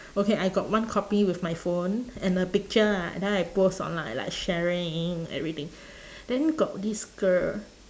okay I got one copy with my phone and the picture ah then I post online like sharing everything then got this girl